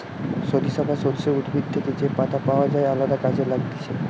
সরিষা বা সর্ষে উদ্ভিদ থেকে যে পাতা পাওয় যায় আলদা কাজে লাগতিছে